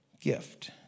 gift